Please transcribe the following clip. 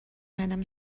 منم